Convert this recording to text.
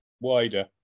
wider